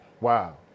Wow